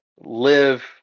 Live